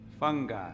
Fungi